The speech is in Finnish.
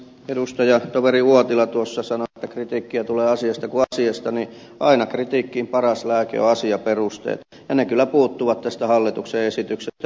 edustajatoveri uotila tuossa sanoi että kritiikkiä tulee asiasta kuin asiasta niin aina kritiikkiin paras lääke on asiaperusteet ja ne kyllä puuttuvat tästä hallituksen esityksestä